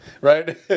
right